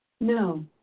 No